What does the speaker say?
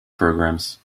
programmes